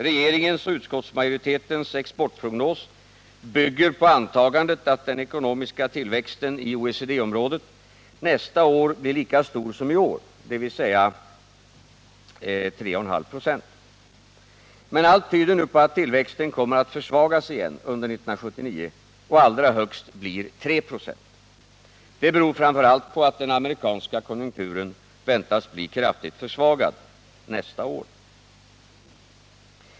Regeringens och utskottsmajoritetens exportprognos bygger på antagandet att den ekonomiska tillväxten i OECD-området nästa år blir lika stor som i år, dvs. 3,5 96. Men allt tyder nu på att tillväxten kommer att försvagas igen under 1979 och allra högst bli 3 96. Det beror framför allt på att den amerikanska konjunkturen väntas bli kraftigt försvagad nästa år.